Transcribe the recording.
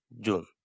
June